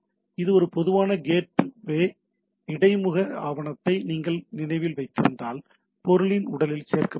இது ஒரு பொதுவான கேட் வே இடைமுக ஆவணத்தை நீங்கள் நினைவில் வைத்திருந்தால் பொருளின் உடலில் சேர்க்கப்பட்டுள்ளது